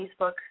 Facebook